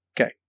Okay